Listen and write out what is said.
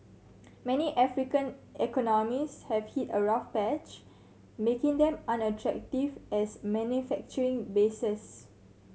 many African economies have hit a rough patch making them unattractive as manufacturing bases